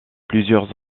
plusieurs